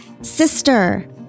Sister